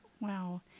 Wow